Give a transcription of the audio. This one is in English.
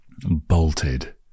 bolted